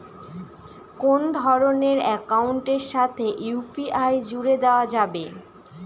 কোন ধরণের অ্যাকাউন্টের সাথে ইউ.পি.আই জুড়ে দেওয়া যাবে?